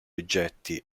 oggetti